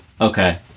Okay